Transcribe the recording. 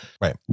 right